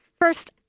First